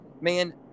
man